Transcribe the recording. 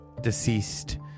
deceased